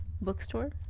bookstore